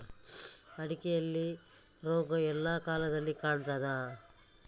ಅಡಿಕೆಯಲ್ಲಿ ರೋಗ ಎಲ್ಲಾ ಕಾಲದಲ್ಲಿ ಕಾಣ್ತದ?